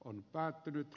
on päättynyt